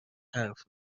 حرف